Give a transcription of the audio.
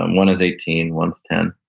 and one is eighteen, one's ten,